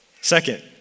Second